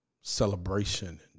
celebration